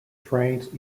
trains